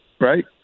right